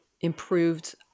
improved